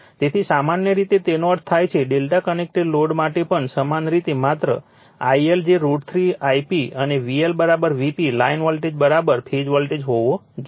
તેથી સમાન રીતે તેનો અર્થ થાય છે Δ કનેક્ટેડ લોડ માટે પણ સમાન રીતે માત્ર I L જે √ 3 Ip અને VL Vp line voltage phase voltage હોવો જોઈએ